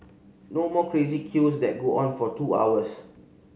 no more crazy queues that go on for two hours